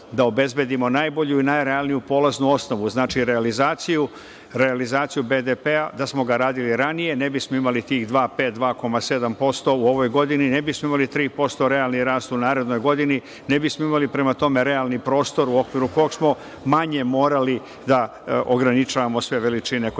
da obezbedimo najbolju i najrealniju polaznu osnovu, znači realizaciju BDP. Da smo ga radili ranije ne bismo imali tih 2,5%, 2,7% u ovoj godini. Ne bismo imali 3% realni rast u narednoj godini. Ne bismo imali, prema tome, realni prostor u okviru kog smo manje morali da ograničavao sve veličine koje